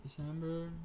December